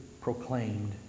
proclaimed